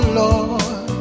lord